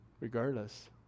Regardless